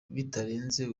bitarenze